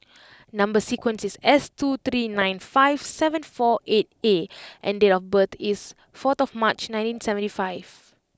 number sequence is S two three nine five seven four eight A and date of birth is four of March nineteen seventy five